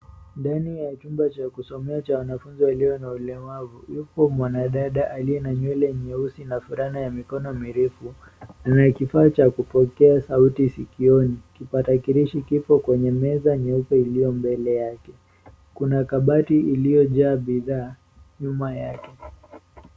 Ndani ya chumba cha kusomea cha wanafunzi walio na ulemavu, yupo mwanadada aliye na nywele nyeusi na fulana ya mikono mirefu. Ana kifaa cha kupokea sauti sikioni. Kipakatalishi kipo kwenye meza nyeupe mbele yake. Kuna kabati iliyojaa bidhaa nyuma yake.